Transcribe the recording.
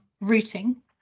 routing